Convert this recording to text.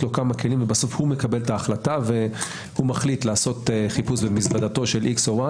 ובסוף הוא מקבל את ההחלטה ומחליט לעשות במזוודתו של X או Y